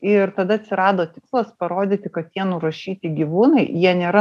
ir tada atsirado tikslas parodyti kad tie nurašyti gyvūnai jie nėra